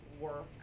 work